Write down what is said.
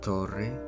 Torre